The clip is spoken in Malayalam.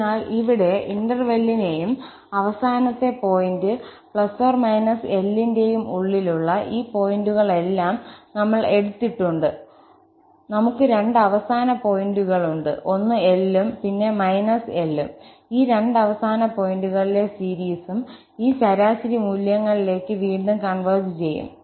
അതിനാൽ ഇവിടെ ഇന്റെർവെല്ലിന്റെയും അവസാന പോയിന്റ് ±L ന്റെയും ഉള്ളിലുള്ള ഈ പോയിന്റുകളെല്ലാം നമ്മൾ എടുത്തിട്ടുണ്ട് നമുക് രണ്ട് അവസാന പോയിന്റുകളുണ്ട് ഒന്ന് L ഉം പിന്നെ −L ഉം ഈ രണ്ട് അവസാന പോയിന്റുകളിലെ സീരീസും ഈ ശരാശരി മൂല്യങ്ങളിലേക്ക് വീണ്ടും കൺവെർജ് ചെയ്യും